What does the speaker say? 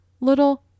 little